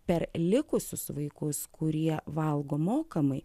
per likusius vaikus kurie valgo mokamai